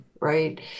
right